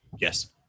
Yes